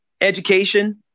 education